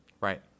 Right